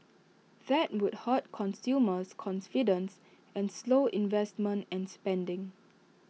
that would hurt consumers confidence and slow investments and spending